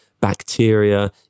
bacteria